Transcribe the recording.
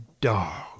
dog